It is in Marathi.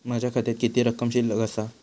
माझ्या खात्यात किती रक्कम शिल्लक आसा?